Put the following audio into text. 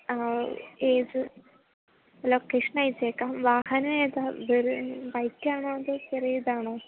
ഏത് ലൊക്കേഷൻ അയച്ചേക്കാം വാഹനം ഏതാ ബൈക്കാണോ അതോ ചെറിയ ഇതാണോ